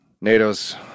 NATO's